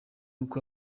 uko